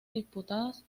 disputadas